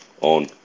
on